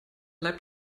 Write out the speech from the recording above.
leib